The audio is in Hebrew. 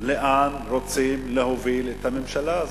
לאן רוצים להוביל, הממשלה הזאת,